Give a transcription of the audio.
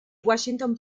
washington